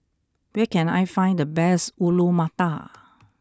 where can I find the best Alu Matar